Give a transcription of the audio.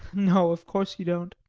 no, of course you don't.